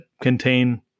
contain